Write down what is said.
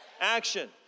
Action